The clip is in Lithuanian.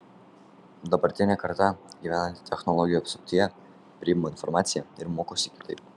dabartinė karta gyvenanti technologijų apsuptyje priima informaciją ir mokosi kitaip